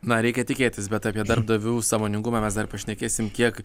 na reikia tikėtis bet apie darbdavių sąmoningumą mes dar pašnekėsim kiek